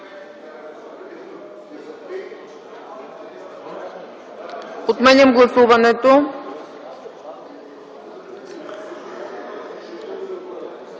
Отменям гласуването.